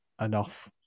enough